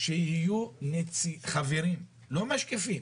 שיהיו מהם חברים, לא משקיפים.